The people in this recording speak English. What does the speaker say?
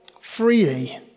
freely